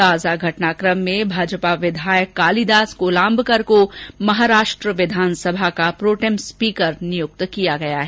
ताजा घटनाक़म में भाजपा विधायक कालीदास कोलाम्बकर को महाराष्ट्र विधानसभा का प्रोटेम स्पीकर नियुक्त किया गया है